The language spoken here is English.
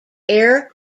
air